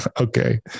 Okay